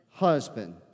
husband